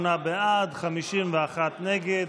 38 בעד, 51 נגד.